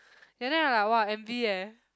and then I like [wah] envy eh